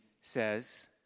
says